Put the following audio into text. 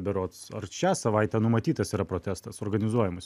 berods šią savaitę numatytas yra protestas organizuojamas